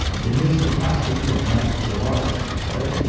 in his capacity of master of arts, he said,